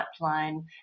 pipeline